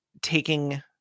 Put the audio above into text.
taking